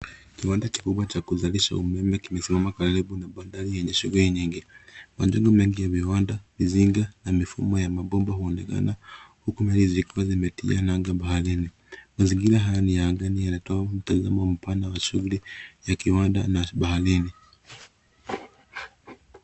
Kiwanda kikubwa cha kuzalisha umeme kimesimaa karibu na maandari yenye shughuli nyingi. Majengo mingi ya viwanda mzinga na mfumo ya mapomba uonekana huku zimetia nanga baharini. Mazingira haya ni ya angaani inatoa mtazamo mpana ya shughuli ya kiwanda na baharini.